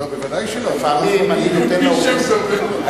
חכה עשר שנים.